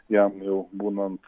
jam jau būnant